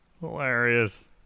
Hilarious